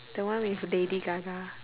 the one with lady gaga